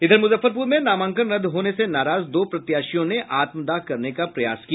इधर मुजफ्फरपुर में नामांकन रद्द होने से नाराज दो प्रत्याशियों ने आत्मदाह करने का प्रयास किया